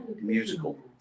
musical